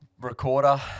recorder